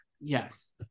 Yes